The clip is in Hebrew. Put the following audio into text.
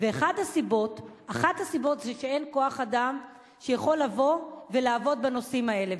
ואחת הסיבות היא שאין כוח-אדם שיכול לבוא ולעבוד בנושאים האלה.